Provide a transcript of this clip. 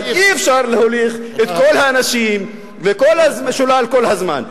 אבל אי-אפשר להוליך את כל האנשים שולל כל הזמן.